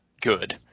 good